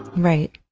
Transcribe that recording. right.